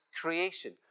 creation